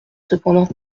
cependant